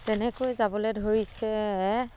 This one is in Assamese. তেনেকৈ যাবলৈ ধৰিছে